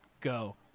go